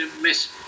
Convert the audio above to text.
miss